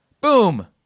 Boom